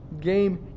Game